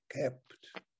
kept